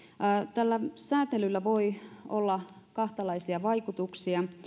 tällä sääntelyllä voi olla kahtalaisia vaikutuksia